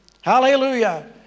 Hallelujah